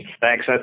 Thanks